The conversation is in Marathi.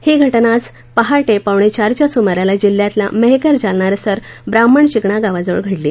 ही घटना आज पहाटे पावणेचारच्या सुमाराला जिल्ह्यातल्या मेहकर जालना रस्त्यावर ब्राम्हण चिकणा गावाजवळ घडली